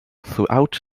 throughout